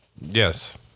Yes